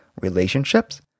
relationships